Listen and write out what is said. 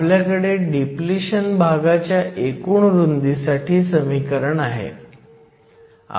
आपल्याकडे डिप्लिशन भागाच्या एकूण रुंदीसाठी समीकरण आहे